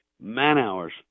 man-hours